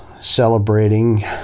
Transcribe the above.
celebrating